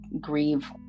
grieve